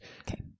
Okay